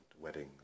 weddings